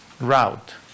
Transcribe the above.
route